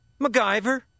MacGyver